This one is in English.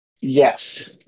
Yes